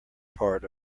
part